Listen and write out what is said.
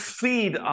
feed